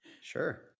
sure